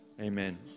Amen